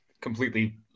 completely